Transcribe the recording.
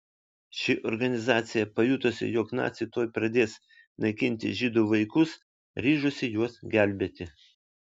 ši organizacija pajutusi jog naciai tuoj pradės naikinti žydų vaikus ryžosi juos gelbėti